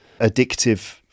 addictive